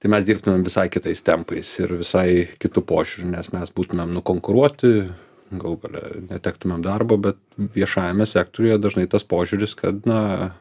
tai mes dirbtumėm visai kitais tempais ir visai kitu požiūriu nes mes būtumėm nukonkuruoti galų gale netektumėm darbo bet viešajame sektoriuje dažnai tas požiūris kad na